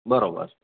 બરાબર